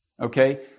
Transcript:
okay